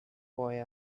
boy